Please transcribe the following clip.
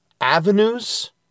avenues